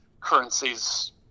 currencies